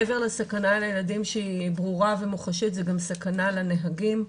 מעבר לסכנה לילדים שהיא ברורה ומוחשית זו גם סכנה לנהגים.